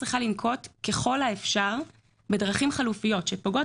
הממשלה צריכה לנקוט ככל האפשר בדרכים חלופיות שפוגעות